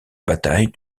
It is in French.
bataille